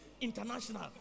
International